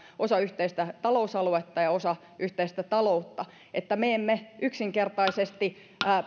osa yhteistä talousaluetta ja osa yhteistä taloutta että me emme yksinkertaisesti